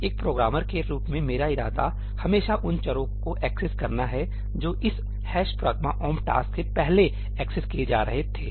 एक प्रोग्रामर के रूप में मेरा इरादा हमेशा उन चरों को एक्सेस करना है जो इस ' pragma omp task' से पहले एक्सेस किए जा रहे थे